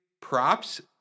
props